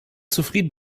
zufrieden